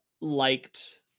liked